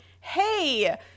hey